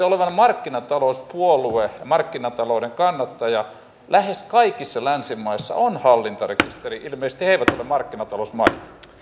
olevanne markkinatalouspuolue ja markkinatalouden kannattaja niin lähes kaikissa länsimaissa on hallintarekisteri ilmeisesti ne eivät ole markkinatalousmaita